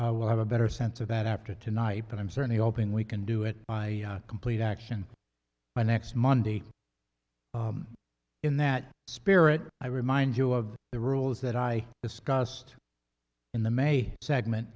will have a better sense of that after tonight but i'm certainly hoping we can do it by complete action by next monday in that spirit i remind you of the rules that i discussed in the may segment